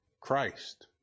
Christ